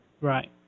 Right